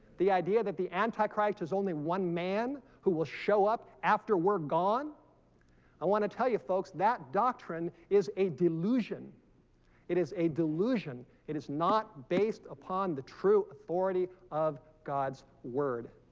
the idea that the antichrist is only one man who will show up after we're gone i want to tell you folks that doctrine is a delusion it is a delusion it is not based upon the true authority of god's word